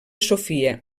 sofia